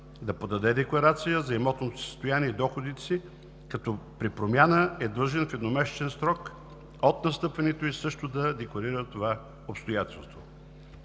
да подаде декларация за имотното си състояние и доходите си, като при промяна е длъжен в едномесечен срок от настъпването ѝ също да декларира това обстоятелство.